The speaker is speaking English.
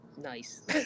nice